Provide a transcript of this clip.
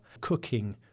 cooking